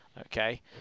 Okay